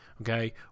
Okay